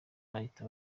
bahita